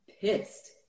pissed